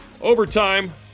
Overtime